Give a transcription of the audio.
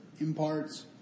imparts